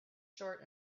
short